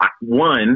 one